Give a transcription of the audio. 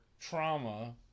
trauma